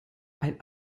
ein